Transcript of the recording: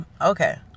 Okay